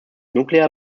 nuclear